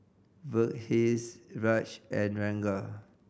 Verghese Raj and Ranga